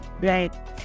right